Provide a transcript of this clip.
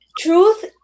truth